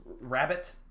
rabbit